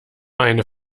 eine